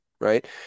right